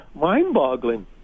mind-boggling